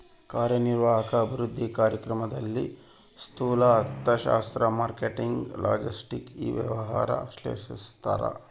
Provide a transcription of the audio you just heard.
ಕಾರ್ಯನಿರ್ವಾಹಕ ಅಭಿವೃದ್ಧಿ ಕಾರ್ಯಕ್ರಮದಲ್ಲಿ ಸ್ತೂಲ ಅರ್ಥಶಾಸ್ತ್ರ ಮಾರ್ಕೆಟಿಂಗ್ ಲಾಜೆಸ್ಟಿಕ್ ಇ ವ್ಯವಹಾರ ವಿಶ್ಲೇಷಿಸ್ತಾರ